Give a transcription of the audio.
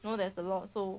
you know there's a lot so